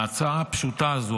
ההצעה הפשוטה הזו,